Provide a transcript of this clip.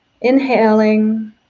inhaling